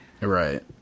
Right